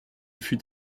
fut